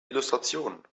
illustration